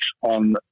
on